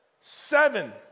seven